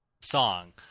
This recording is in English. song